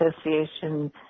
Association